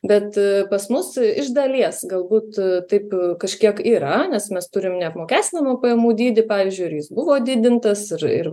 bet pas mus iš dalies galbūt taip kažkiek yra nes mes turim neapmokestinamų pajamų dydį pavyzdžiui ar jis buvo didintas ir ir